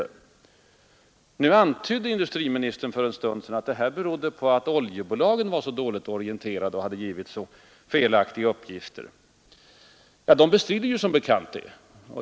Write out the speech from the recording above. För en stund sedan antydde industriministern att det här berodde på att oljebolagen var så dåligt orienterade och hade givit så felaktiga uppgifter. De bestrider som bekant det.